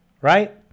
right